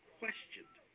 questioned